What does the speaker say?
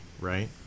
right